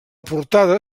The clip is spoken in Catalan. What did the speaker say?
portada